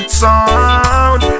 sound